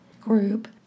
group